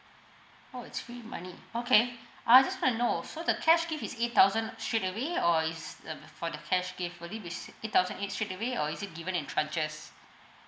orh it's three money okay I just want to know so the cash gift is eight thousand straight away or it's um for the cash gift will it be si~ eight thousand eight straight away or is it given in tranches